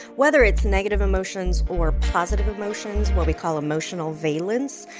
whether it's negative emotions or positive emotions, what we call emotional valence,